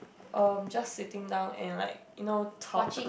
uh just sitting down and like you know talk